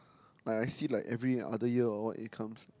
like I see like every other year or what it comes